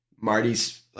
Marty's